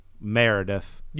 Meredith